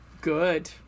good